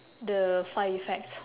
the side effects